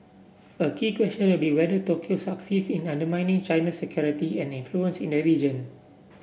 a key question would be whether Tokyo succeeds in undermining China's security and influence in the region